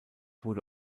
wurde